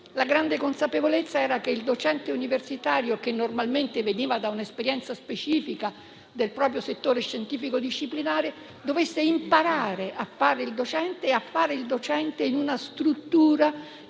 La grande consapevolezza era che il docente universitario, che normalmente veniva da un'esperienza specifica maturata nel proprio settore scientifico-disciplinare, dovesse imparare a fare il docente in una struttura che era quanto